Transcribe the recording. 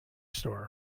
store